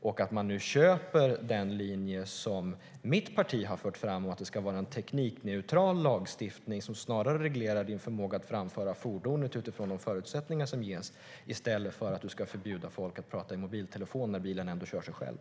Köper man nu den linje som mitt parti har fört fram - att vi ska ha en teknikneutral lagstiftning som reglerar förmågan att framföra fordonet utifrån de förutsättningar som ges i stället för att förbjuda folk att prata i mobiltelefon när bilen ändå kör sig själv?